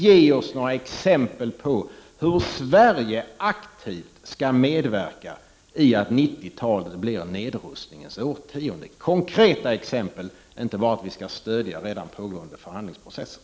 Ge oss några konkreta exempel på hur Sverige aktivt skall medverka i att 90-talet blir nedrustningens årtionde, inte bara exempel på att vi skall stödja den redan pågående förhandlingsprocessen.